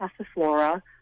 Passiflora